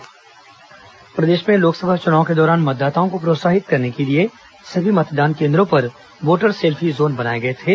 selfie प्रतियोगिता प्रदेश में लोकसभा चुनाव के दौरान मतदाताओं को प्रोत्साहित करने के लिए सभी मतदान केन्द्रों पर वोटर सेल्फी जोन बनाए गए थे